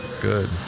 Good